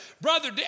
Brother